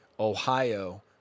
Ohio